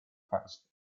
past